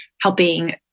helping